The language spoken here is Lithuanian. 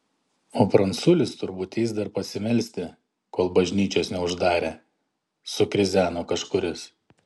o pranculis turbūt eis dar pasimelsti kol bažnyčios neuždarė sukrizeno kažkuris